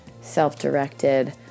self-directed